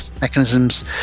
mechanisms